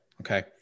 Okay